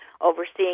overseeing